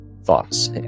thoughts